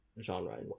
genre